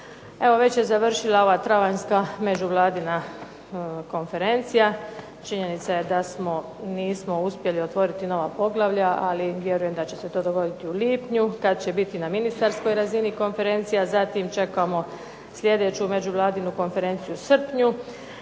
Evo, već je završila ova travanjska međuvladina konferencija. Činjenica je da nismo uspjeli otvoriti nova poglavlja, ali vjerujem da će se to dogoditi u lipnju kada će biti na ministarskoj razini konferencija, zatim, čekamo sljedeću međuvladinu konferenciju u srpnju.